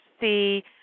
see